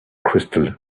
crystal